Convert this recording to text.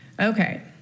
okay